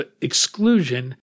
exclusion